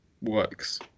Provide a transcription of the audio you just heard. works